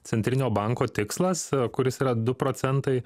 centrinio banko tikslas kuris yra du procentai